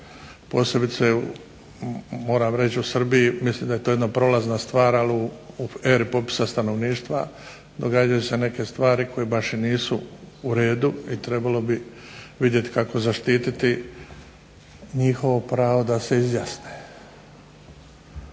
moram reći u Srbiji. Mislim da je to jedna prolazna stvar, ali u eri popisa stanovništva događaju se neke stvari koje baš i nisu u redu i trebalo bi vidjeti kako zaštiti njihovo pravo da se izjasne.